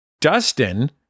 Dustin